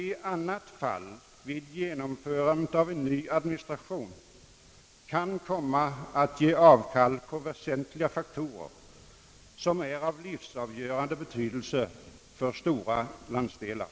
I annat fall kan vi vid genomförandet av en ny administration komma att ge avkall på väsentliga faktorer, som är av livsavgörande betydelse för stora landsdelar.